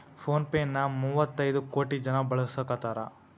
phone pay ನ ಮುವ್ವತೈದ್ ಕೋಟಿ ಜನ ಬಳಸಾಕತಾರ